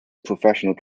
professional